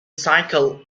cycle